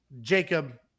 Jacob